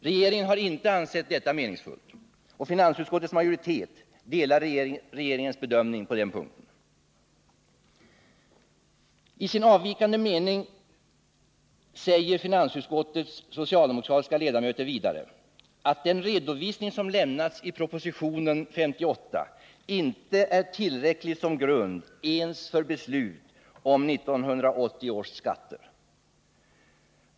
Regeringen har inte ansett detta meningsfullt, och finansutskottets majoritet delar regeringens bedömning på den punkten. I sin avvikande mening säger finansutskottets socialdemokratiska ledamöter vidare att den redovisning som lämnats i proposition 58 inte är tillräcklig som grund ens för beslut om 1980 års skatter.